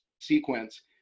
sequence